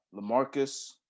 LaMarcus